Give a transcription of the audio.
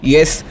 Yes